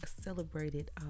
celebrated